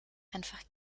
einfach